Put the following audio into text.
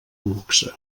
luxe